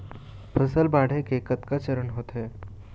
फसल बाढ़े के कतका चरण होथे?